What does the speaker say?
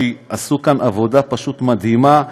שעשו כאן עבודה פשוט מדהימה,